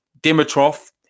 Dimitrov